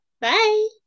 Bye